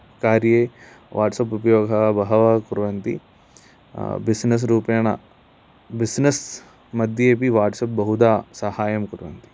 कार्ये वाट्सप् उपयोगः बहवः कुर्वन्ति बिज़नेस् रुपेण बिज़नेस् मध्येपि वाट्सप् बहुधा सहायं कुर्वन्ति